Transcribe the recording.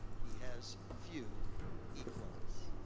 he has few equals,